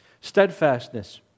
Steadfastness